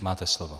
Máte slovo.